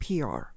PR